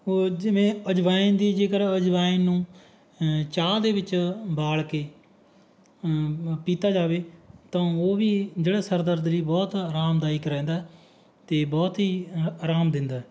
ਉਹ ਜਿਵੇਂ ਅਜਵਾਇਨ ਦੀ ਜੇਕਰ ਅਜਵਾਇਨ ਨੂੰ ਚਾਹ ਦੇ ਵਿੱਚ ਉਬਾਲ ਕੇ ਪੀਤਾ ਜਾਵੇ ਤਾਂ ਉਹ ਵੀ ਜਿਹੜਾ ਸਿਰ ਦਰਦ ਲਈ ਬਹੁਤ ਆਰਾਮਦਾਇਕ ਰਹਿੰਦਾ ਅਤੇ ਬਹੁਤ ਹੀ ਆਰਾਮ ਦਿੰਦਾ